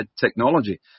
technology